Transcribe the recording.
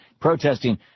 protesting